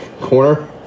Corner